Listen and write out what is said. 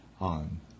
on